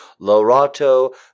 Lorato